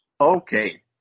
okay